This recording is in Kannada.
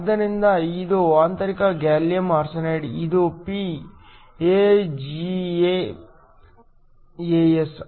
ಆದ್ದರಿಂದ ಇದು ಆಂತರಿಕ ಗ್ಯಾಲಿಯಮ್ ಆರ್ಸೆನೈಡ್ ಇದು p AlGaAs